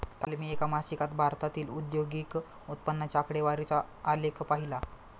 काल मी एका मासिकात भारतातील औद्योगिक उत्पन्नाच्या आकडेवारीचा आलेख पाहीला